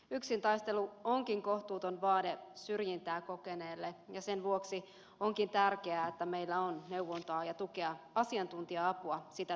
yksin taistelu onkin kohtuuton vaade syrjintää kokeneelle ja sen vuoksi on tärkeää että meillä on neuvontaa ja tukea asiantuntija apua sitä tarvitseville